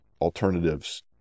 alternatives